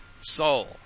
soul